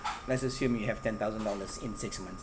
let's assume you have ten thousand dollars in six month's